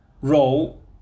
role